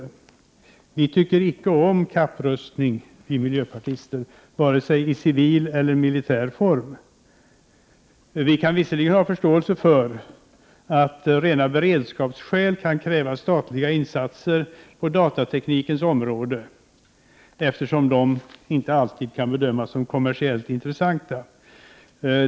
Vi miljöpartister tycker inte om kapprustning, i vare sig civil eller militär form. Vi kan visserligen ha förståelse för att rena beredskapsskäl kan kräva statliga insatser på datateknikens område, eftersom de inte alltid kan bedömas som kommersiellt intressanta.